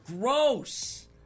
gross